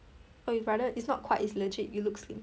oh your brother is not quite is legit you look slim